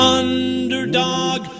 underdog